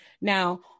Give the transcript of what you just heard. Now